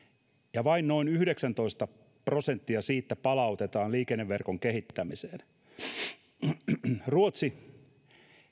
ja vain noin yhdeksäntoista prosenttia siitä palautetaan liikenneverkon kehittämiseen vaikka ruotsi